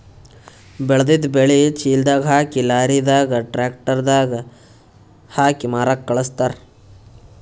ಬೆಳೆದಿದ್ದ್ ಬೆಳಿ ಚೀಲದಾಗ್ ಹಾಕಿ ಲಾರಿದಾಗ್ ಟ್ರ್ಯಾಕ್ಟರ್ ದಾಗ್ ಹಾಕಿ ಮಾರಕ್ಕ್ ಖಳಸ್ತಾರ್